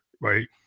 right